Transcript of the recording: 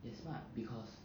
they're smart because